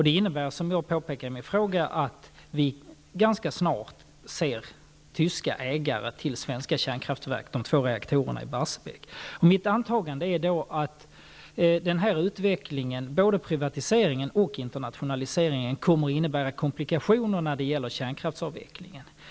Det innebär, som jag påpekade i min fråga, att vi ganska snart ser tyska ägare till svenska kärnkraftverk, de två reaktorerna i Barsebäck. Mitt antagande är då att den här utvecklingen, både privatiseringen och internationaliseringen, kommer att innebära komplikationer när det gäller kärnkraftsavvecklingen.